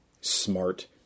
smart